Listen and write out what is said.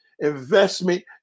investment